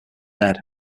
dead